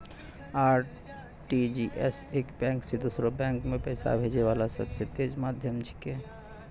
RTGS एक bank से दोसरो बैंक मे पैसा भेजै वाला सबसे तेज माध्यम छिकै